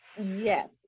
Yes